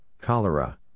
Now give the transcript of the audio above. cholera